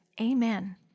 Amen